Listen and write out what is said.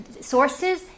sources